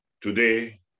today